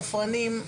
ספרנים,